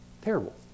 Terrible